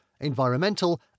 environmental